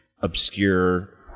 obscure